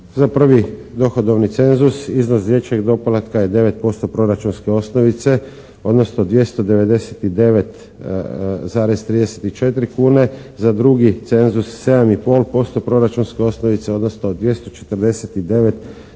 za prvi dohodovni cenzus iznos dječjeg doplatka je 9% proračunske osnove odnosno 299,34 kune. Za drugi cenzus 7,5% proračunske osnovice odnosno 249,45 kuna.